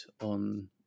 on